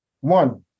One